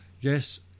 yes